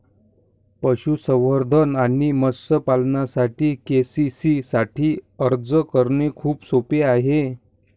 पशुसंवर्धन आणि मत्स्य पालनासाठी के.सी.सी साठी अर्ज करणे खूप सोपे आहे